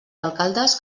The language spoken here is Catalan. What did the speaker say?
alcaldes